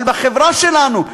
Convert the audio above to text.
אבל בחברה שלנו,